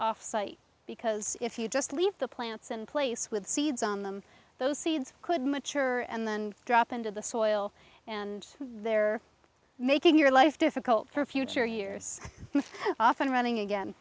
trash because if you just leave the plants and place with seeds on them those seeds could mature and then drop into the soil and they're making your life difficult for future years off and running again